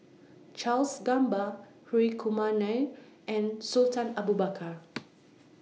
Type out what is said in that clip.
Charles Gamba Hri Kumar Nair and Sultan Abu Bakar